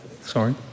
Sorry